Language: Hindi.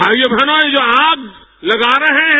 भाइयों बहनों ये जो आग लगा रहे हैं